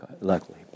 luckily